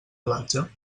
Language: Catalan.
platja